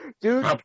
Dude